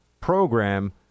program